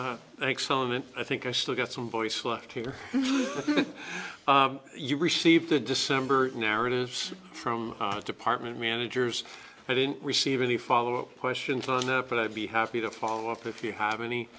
element i think i still got some voice left here you received the december narratives from department managers i didn't receive any follow up questions on that but i'd be happy to follow up if you have any